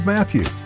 Matthew